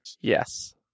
Yes